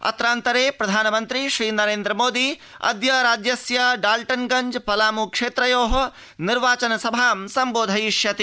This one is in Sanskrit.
अत्रान्तरे प्रधानमन्त्री श्रीनरेन्द्र मोदी अद्य राज्यस्य डाल्टनगंज पलामू क्षेत्रयो निर्वाचनसभां सम्बोधयिष्यति